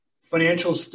financial